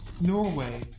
Norway